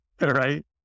right